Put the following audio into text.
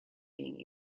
being